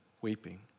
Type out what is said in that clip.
weeping